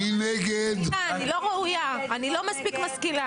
אני לא מספיק משכילה.